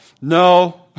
No